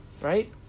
right